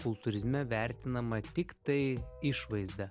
kultūrizme vertinama tiktai išvaizda